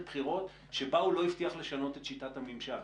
בחירות שבה הוא לא הבטיח לשנות את שיטת הממשל,